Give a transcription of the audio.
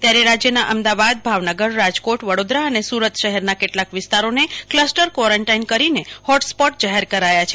ત્યારે રાજયના અમદાવાદ ભાવનગર રાજકોટ વડોદરા અને સૂરત શહેરના કેટલાક વિસ્તારોને કલસ્ટર કવોરોન્ટાઈન કરીને હોટસ્પોટ જાહેર કરાયા છે